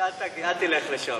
אל תלך לשם.